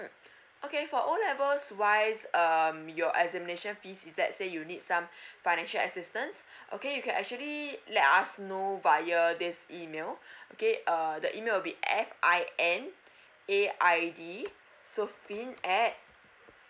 mm okay for O level's wise um your examination fees is that say you need some financial assistance okay you can actually let us know via this email okay err the email will be F_I_N_A_I_D so finaid